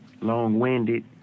Long-winded